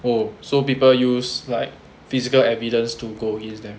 oh so people use like physical evidence to against them